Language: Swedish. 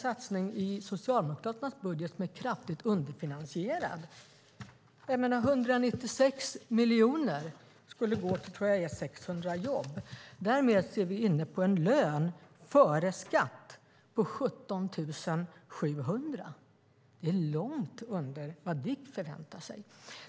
Satsningen i Socialdemokraternas budget är kraftigt underfinansierad. 196 miljoner skulle gå till 600 jobb. Därmed är vi inne på en lön före skatt på 17 700. Det är långt under vad DIK förväntar sig.